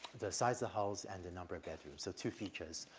the size of house and the number of bedrooms, so two features.